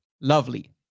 lovely